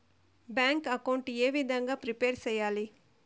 Bank account ఏ విధంగా prepare సెయ్యాలి?